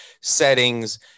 settings